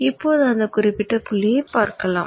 இப்போது அந்த குறிப்பிட்ட புள்ளியைப் பார்க்கலாம்